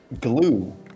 glue